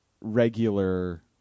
regular